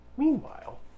Meanwhile